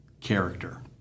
character